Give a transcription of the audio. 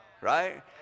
right